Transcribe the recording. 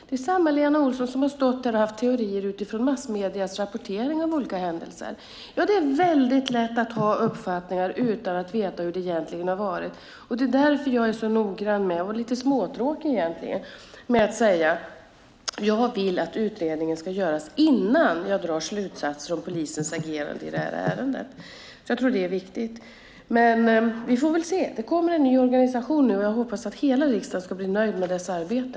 Det är samma Lena Olsson som har stått här och haft teorier utifrån massmediernas rapportering om olika händelser. Det är alltså väldigt lätt att ha uppfattningar utan att veta hur det egentligen har varit, och det är därför jag är så noggrann - och lite småtråkig - med att säga att jag vill att utredningen ska göras innan jag drar slutsatser om polisens agerande i det här ärendet. Jag tror att det är viktigt. Men vi får se. Det kommer en ny organisation nu, och jag hoppas att hela riksdagen ska bli nöjd med dess arbete.